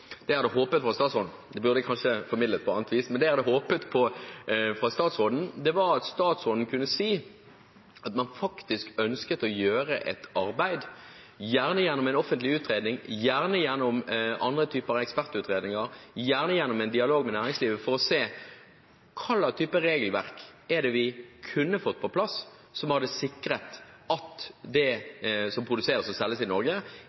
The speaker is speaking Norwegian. egentlig hadde håpet på fra statsråden – det burde kanskje vært formidlet på annet vis – var at hun kunne si at man ønsket å gjøre et arbeid, gjerne gjennom en offentlig utredning, gjerne gjennom andre typer ekspertutredninger, gjerne gjennom en dialog med næringslivet, for å se på hva slags type regelverk vi kunne fått på plass, et regelverk som hadde sikret at det som produseres og selges i